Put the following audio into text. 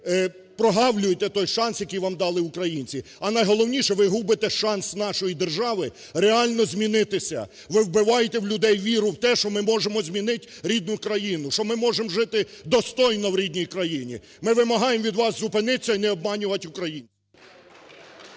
Ви прогавлюєте той шанс, який вам дали українці, а найголовніше – ви губите шанс нашої держави реально змінитися, ви вбиваєте в людей віру в те, що ми можемо змінити рідну країну, що ми можемо жити достойно в рідній країні. Ми вимагаємо від вас зупинитися і не обманювати українців.